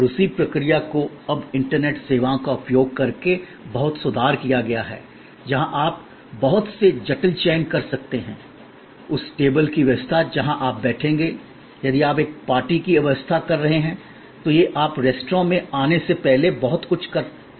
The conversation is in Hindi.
और उसी प्रक्रिया को अब इंटरनेट सेवाओं का उपयोग करके बहुत सुधार किया गया है जहाँ आप बहुत से जटिल चयन कर सकते हैं उस टेबल की व्यवस्था जहाँ आप बैठेंगे यदि आप एक पार्टी की व्यवस्था कर रहे हैं तो यह आप रेस्तरां में आने से पहले बहुत कुछ कर सकता है